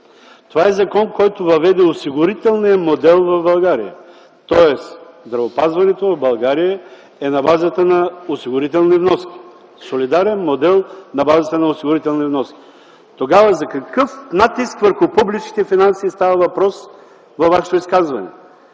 Това е закон, който въведе осигурителния модел в България. Тоест здравеопазването в България е на базата на осигурителни вноски, солидарен модел на базата на осигурителни вноски. Тогава за какъв натиск върху публичните финанси става въпрос във Вашето изказване?